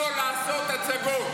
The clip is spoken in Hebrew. בשביל לא לעשות הצגות.